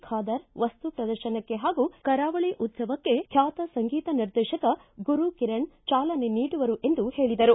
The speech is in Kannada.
ಖಾದರ್ ವಸ್ತು ಪ್ರದರ್ಶನಕ್ಕೆ ಹಾಗೂ ಕರಾವಳಿ ಉತ್ಸವವಕ್ಕೆ ಖ್ಯಾತ ಸಂಗೀತ ನಿರ್ದೇಶಕ ಗುರುಕಿರಣ್ ಚಾಲನೆ ನೀಡುವರು ಎಂದು ಹೇಳಿದರು